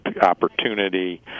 opportunity